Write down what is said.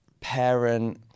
parent